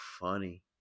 funny